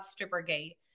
Strippergate